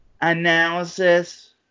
analysis